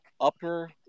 upper